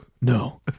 no